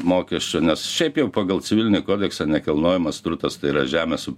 mokesčių nes šiaip jau pagal civilinį kodeksą nekilnojamas turtas tai yra žemė su